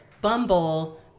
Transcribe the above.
bumble